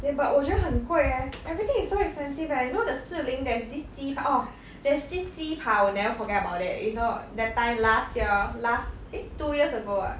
then but 我觉得很贵 leh everything is so expensive leh you know the 士林 there is this 鸡扒 orh there is this 鸡扒 I will never forget about that it's orh that time last year last eh two years ago ah